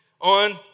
on